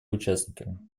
участниками